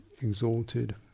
exalted